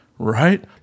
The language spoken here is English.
Right